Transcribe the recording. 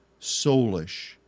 soulish